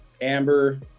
amber